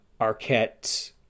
Arquette